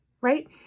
right